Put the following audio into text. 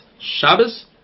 Shabbos